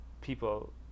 People